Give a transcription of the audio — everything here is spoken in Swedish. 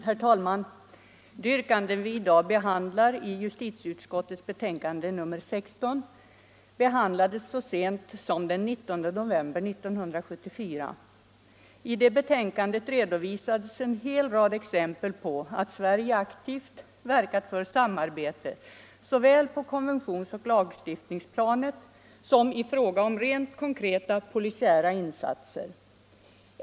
Herr talman! De yrkanden som i dag föreligger i justitieutskottets betänkande nr 16 behandlades så sent som den 19 november 1974. I justitieutskottets betänkande 1974:33 redovisades då en hel rad exempel på att Sverige aktivt verkar för samarbete såväl på konventionsoch lagstiftningsplanet som i fråga om rent konkreta polisiära insatser.